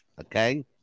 okay